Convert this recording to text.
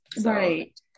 Right